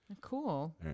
Cool